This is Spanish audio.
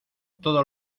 todo